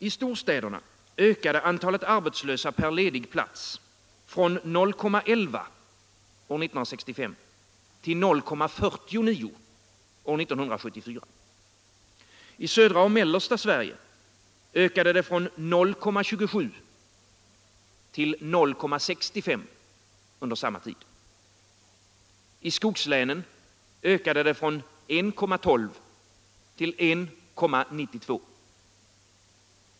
I storstäderna ökade antalet arbetslösa per ledig plats från 0,11 år 1965 till 0,49 år 1974. I södra och mellersta Sverige ökade det från 0,27 till 0,65 under samma tid. I skogslänen ökade det från 1,12 till 1,92.